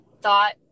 thought